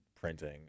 printing